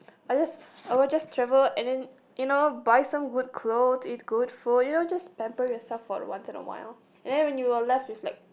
I just I want just travel and then you know buy some good clothes eat good food you know just pamper yourself for once in a while and then when you were left is like